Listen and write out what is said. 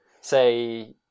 say